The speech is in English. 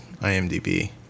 IMDb